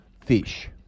Fish